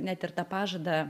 net ir tą pažadą